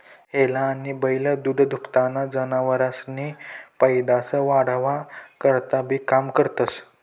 हेला आनी बैल दूधदूभताना जनावरेसनी पैदास वाढावा करता बी काम पडतंस